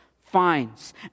finds